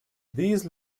these